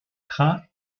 trains